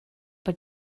but